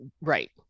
Right